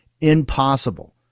impossible